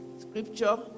scripture